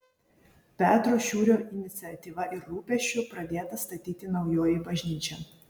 petro šiurio iniciatyva ir rūpesčiu pradėta statyti naujoji bažnyčia